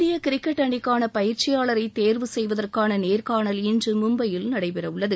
இந்திய கிரிக்கெட் அணிக்கான பயிற்சியாளரை தேர்வு செய்வதற்கான நேர்க்காணல் இன்று மும்பையில் நடைபெறவுள்ளது